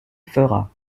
fera